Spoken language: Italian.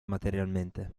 materialmente